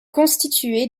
constitué